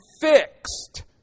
fixed